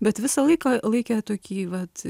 bet visą laiką laikė tokį vat